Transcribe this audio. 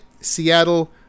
seattle